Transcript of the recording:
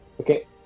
Okay